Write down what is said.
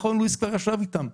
מכון לואיס כבר ישב איתם,